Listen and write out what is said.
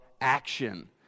action